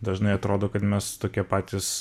dažnai atrodo kad mes tokie patys